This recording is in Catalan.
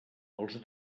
els